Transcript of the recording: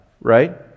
right